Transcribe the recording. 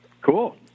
cool